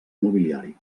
mobiliari